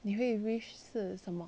你会 wish 是什么